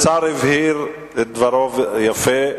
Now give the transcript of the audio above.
אני חושב שהשר הבהיר את דברו יפה.